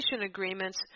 agreements